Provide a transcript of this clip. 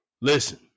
Listen